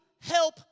help